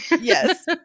Yes